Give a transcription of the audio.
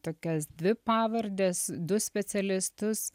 tokias dvi pavardes du specialistus